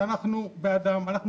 אנחנו בעד אנשים מוגבלים,